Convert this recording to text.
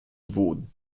wohnen